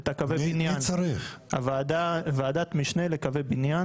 is וזה בתחום של הוועדה לתכנון ובנייה